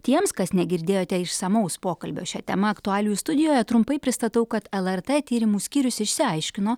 tiems kas negirdėjote išsamaus pokalbio šia tema aktualijų studijoje trumpai pristatau kad lrt tyrimų skyrius išsiaiškino